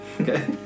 Okay